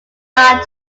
far